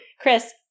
Chris